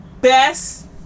best